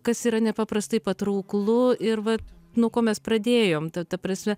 kas yra nepaprastai patrauklu ir va nuo ko mes pradėjom ta ta prasme